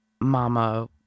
Mama